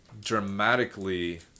dramatically